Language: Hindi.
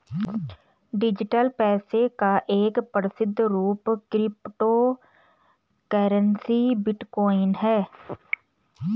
डिजिटल पैसे का एक प्रसिद्ध रूप क्रिप्टो करेंसी बिटकॉइन है